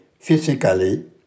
physically